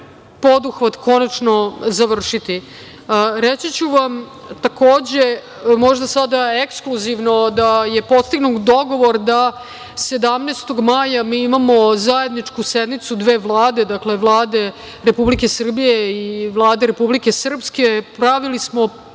poduhvat konačno završiti. Reći ću vam, takođe, možda sada ekskluzivno da je postignut dogovor da 17. maja mi imamo zajedničku sednicu dve vlade – Vlade Republike Srbije i Vlade Republike Srpske. Pravili smo pauzu,